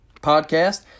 podcast